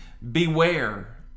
Beware